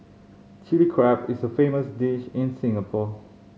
Chilli Crab is a famous dish in Singapore